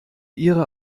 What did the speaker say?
ihre